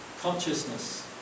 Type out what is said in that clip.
consciousness